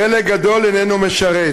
חלק גדול איננו משרת.